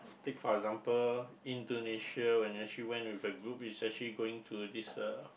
take for example Indonesia when we actually went with a group who is actually going to this uh